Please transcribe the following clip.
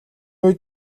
үед